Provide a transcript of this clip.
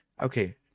Okay